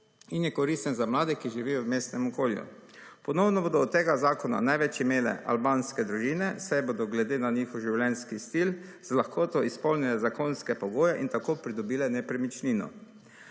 in je koristen za mlade, ki živijo v mestnem okolju. Ponovno bodo od tega zakona največ imele albanske družine, saj bodo glede na njihov življenjski stil z lahkoto izpolnili zakonske pogoje in tako pridobile nepremičnino.